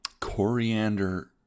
coriander